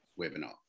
webinar